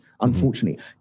Unfortunately